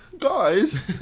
guys